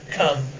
come